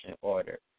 order